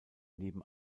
neben